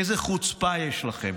איזו חוצפה יש לכם.